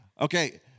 Okay